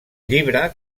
llibre